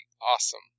awesome